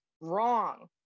wrong